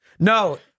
No